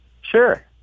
Sure